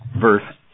verse